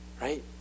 right